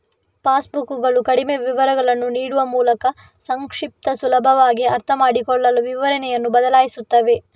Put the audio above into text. pass ಬುಕ್ಕುಗಳು ಕಡಿಮೆ ವಿವರಗಳನ್ನು ನೀಡುವ ಮೂಲಕ ಸಂಕ್ಷಿಪ್ತ, ಸುಲಭವಾಗಿ ಅರ್ಥಮಾಡಿಕೊಳ್ಳಲು ವಿವರಣೆಯನ್ನು ಬದಲಾಯಿಸುತ್ತವೆ